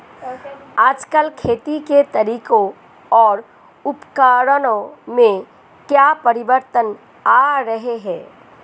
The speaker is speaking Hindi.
आजकल खेती के तरीकों और उपकरणों में क्या परिवर्तन आ रहें हैं?